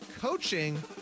coaching